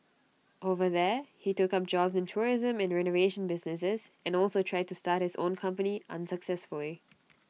over there he took up jobs in tourism and renovation businesses and also tried to start his own company unsuccessfully